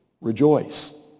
rejoice